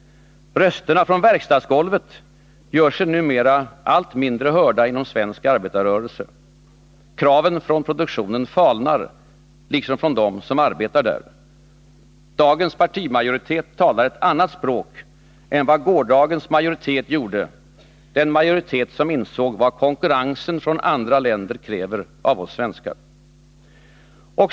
Rösterna från verkstadsgolvet gör sig numera allt mindre hörda inom svensk arbetarrörelse. Kraven från produktionen falnar, liksom från dem som arbetar där. Dagens partimajoritet talar ett annat språk än vad gårdagens majoritet gjorde, den majoritet som insåg vad konkurrensen från andra länder kräver av oss svenskar.